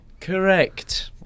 Correct